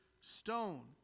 stone